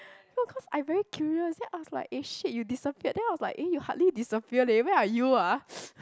no cause I very curious then I was like eh shit you disappeared then I was like eh you hardly disappear leh where are you ah